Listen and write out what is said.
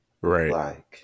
Right